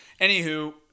Anywho